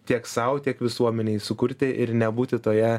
tiek sau tiek visuomenei sukurti ir nebūti toje